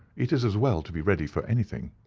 it is as well to be ready for anything.